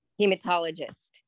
hematologist